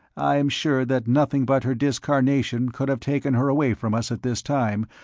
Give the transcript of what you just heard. i am sure that nothing but her discarnation could have taken her away from us, at this time,